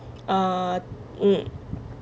err um